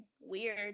weird